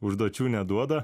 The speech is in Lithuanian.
užduočių neduoda